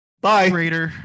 Bye